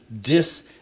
dis